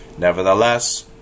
Nevertheless